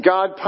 God